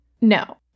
No